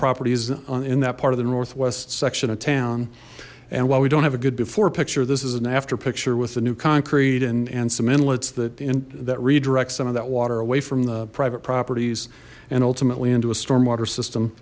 properties in that part of the northwest section of town and while we don't have a good before picture this is an after picture with the new concrete and and some inlets that in that redirect some of that water away from the private properties and ultimately into a stormwater system